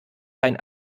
kein